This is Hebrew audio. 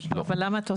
לימור סון הר מלך (עוצמה יהודית): לא.